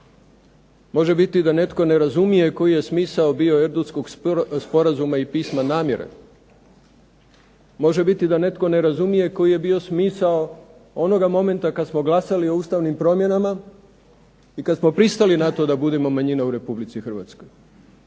Može biti da netko ne razumije koji je smisao bio Erdutskog sporazuma i pisma namjere. Može biti da netko ne razumije koji je bio smisao onoga momenta kad smo glasali o ustavnim promjenama i kad smo pristali na to da budemo manjina u Republici Hrvatskoj,